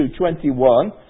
2.21